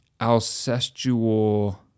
Alcestual